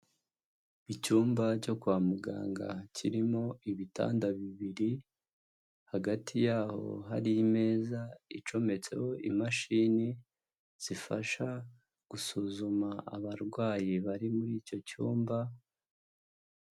Icyumba cyo kwa muganga kirimo ibitanda bibiri hagati yaho hari imeza icometseho imashini zifasha gusuzuma abarwayi bari muri icyo cyumba.